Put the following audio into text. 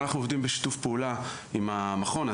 אנחנו עובדים בשיתוף פעולה עם המכון.